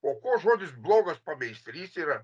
o kuo žodis blogas pameistrys yra